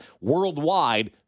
worldwide